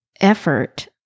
effort